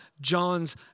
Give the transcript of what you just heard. John's